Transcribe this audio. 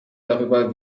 darüber